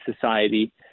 society